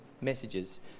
messages